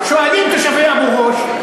שואלים תושבי אבו-גוש,